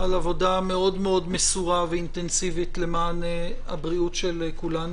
-- על עבודה מאוד מאוד מסורה ואינטנסיבית למען הבריאות של כולנו.